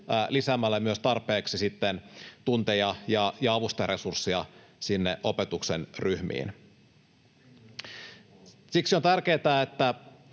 lisäämällä tarpeeksi tunteja ja avustajaresurssia myös sinne opetuksen ryhmiin. Siksi on tärkeätä, että